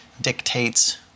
dictates